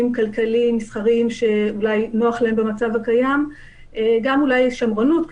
כלכליים מסחריים שאולי נוח להם במצב הקיים וגם אולי שמרנות,